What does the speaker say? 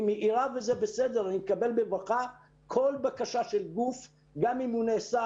היא מעירה וזה בסדר ואני מקבל בברכה כל בקשה של גוף גם אם היא נעשית